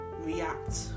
react